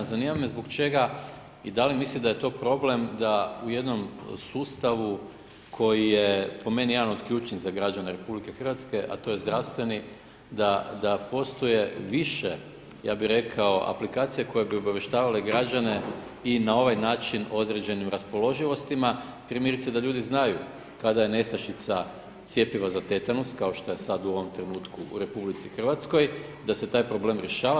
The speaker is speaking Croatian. Zanima me zbog čega i da li misli da je to problem da u jednom sustavu koji je, po meni jedan od ključnih za građane RH, a to je zdravstveni, da postoje više, ja bih rekao, aplikacije koje bi obavještavale građane i na ovaj način određenim raspoloživostima, primjerice, da ljudi znaju kada je nestašica cjepiva za tetanus, kao što je sad u ovom trenutku u RH, da se taj problem rješava.